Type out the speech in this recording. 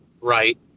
right